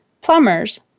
plumbers